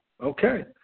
okay